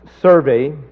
survey